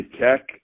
Tech